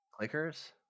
Clickers